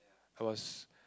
I was